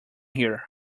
here